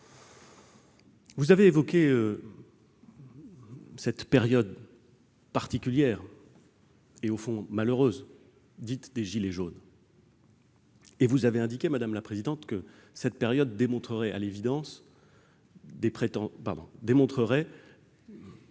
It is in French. Vous avez évoqué cette période particulière et, au fond, malheureuse dite « des gilets jaunes ». Vous avez indiqué, madame la présidente, que cette période démontrerait à l'évidence des violences ...